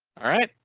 alright,